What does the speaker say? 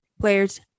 players